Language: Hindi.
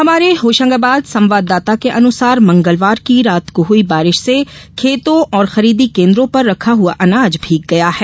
हमारे होशंगाबाद संवाददाता के अनुसार मंगलवार की रात को हुई बारिश से खेतों और खरीदी केन्द्रों पर रखा हुआ अनाज भीग गया है